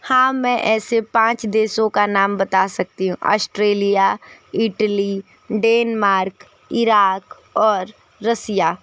हाँ मे ऐसे पाँच देशों का नाम बता सकती हूँ ऑस्ट्रेलिया इटली डेनमार्क इराक और रसिया